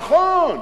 נכון.